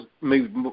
moved